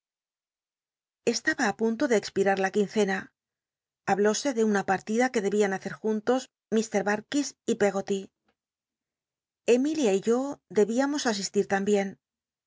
estaba á punto de expirar la quincena hahlóse de una partida que debían hacer juntos ir dmki y peggoty emilin y yo debíamos asistir